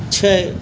छै